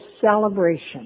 celebration